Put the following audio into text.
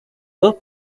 dos